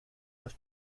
los